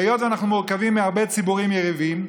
היות שאנחנו מורכבים מהרבה ציבורים יריבים,